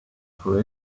for